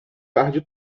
tarde